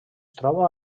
troba